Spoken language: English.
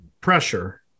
pressure